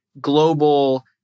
global